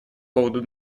поводу